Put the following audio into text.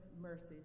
mercies